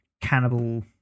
cannibal